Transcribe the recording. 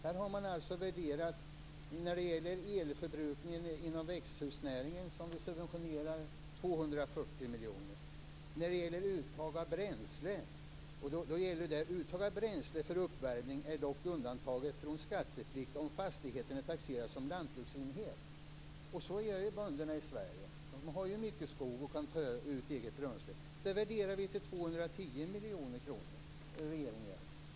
Här har man alltså värderat elförbrukningen inom växthusnäringen, som vi subventionerar med 240 miljoner. Vid uttag av bränsle gäller: Uttag av bränsle för uppvärmning är dock undantaget från skatteplikt om fastigheten är taxerad som lantbruksenhet. Så gör ju bönderna i Sverige. De har mycket skog och kan ta ut eget bränsle. Det värderar regeringen till 210 miljoner kronor.